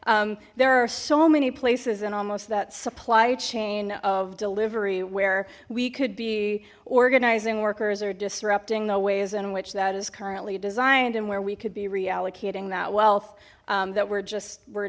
there are so many places in almost that supply chain of delivery where we could be organizing workers or disrupting the ways in which that is currently designed and where we could be reallocating that wealth that we're just we're